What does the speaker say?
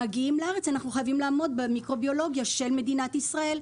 אבל כשמגיעים לארץ אנחנו חייבים לעמוד במיקרוביולוגיה של מדינת ישראל.